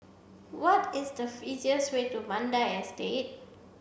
what is the easiest way to Mandai Estate